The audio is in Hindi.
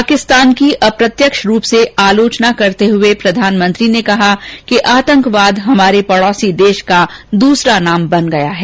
पाकिस्तान की अप्रत्यक्ष रूप से आलोचना करते हुए प्रधानमंत्री ने कहा कि आतंकवाद हमारे पड़ोसी देश का दूसरा नाम बन गया है